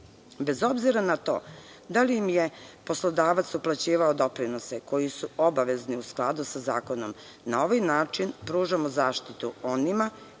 Bez obzira na to, da li im je poslodavac uplaćivao doprinose koji su obavezni u skladu sa zakonom, na ovaj način pružamo zaštitu onima